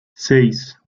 seis